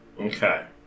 Okay